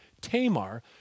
Tamar